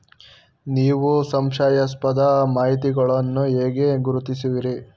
ನೀವು ಸಂಶಯಾಸ್ಪದ ವಹಿವಾಟುಗಳನ್ನು ಹೇಗೆ ಗುರುತಿಸುವಿರಿ?